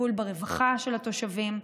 טיפול ברווחה של התושבים.